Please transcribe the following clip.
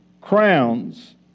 crowns